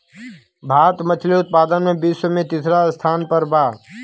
भारत मछली उतपादन में विश्व में तिसरा स्थान पर बा